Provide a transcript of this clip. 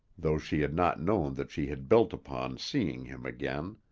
though she had not known that she had built upon seeing him again.